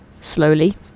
slowly